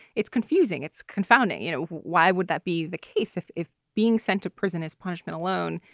it's confusing. it's confounding. you know, why would that be the case if if being sent to prison as punishment alone?